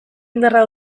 indarra